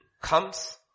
Comes